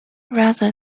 rather